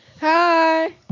Hi